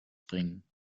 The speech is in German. bringen